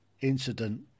incident